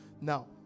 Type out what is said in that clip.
Now